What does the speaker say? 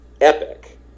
epic